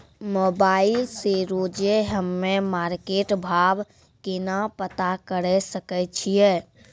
Mobile से रोजे हम्मे मार्केट भाव केना पता करे सकय छियै?